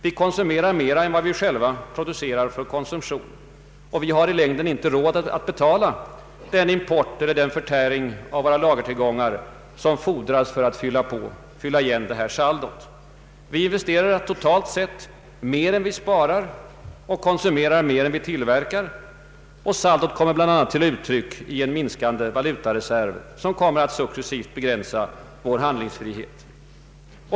Vi konsumerar mer än vad vi själva producerar för konsumtion, och vi har i längden inte råd att betala den import eller den förtäring av våra lagertillgångar som fordras för att fylla igen detta saldo. Vi investerar totalt sett mer än vi sparar och konsumerar mer än vi tillverkar. Saldot kommer bl.a. till uttryck i en minskande valutareserv som kommer att successivt begränsa vår handlingsfrihet.